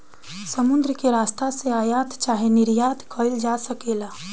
समुद्र के रस्ता से आयात चाहे निर्यात कईल जा सकेला